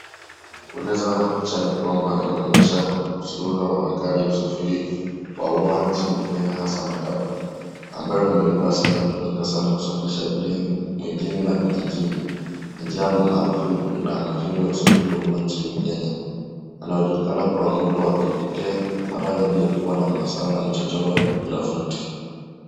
Kueleza picha ni kwamba inaonyesha mzururo wa magari wa usafiri wa umma nchini Kenya hasa matatu ambayo ni basi hutumika kusafirisha abiria mijini na vijijini ni njia maarufu umuhumimu wa usafiri wa umma nchini Kenya inayo julikana na muundo wa kipekee mara nyingi yakiwa na masaa na michoro ya grafiti.